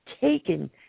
taken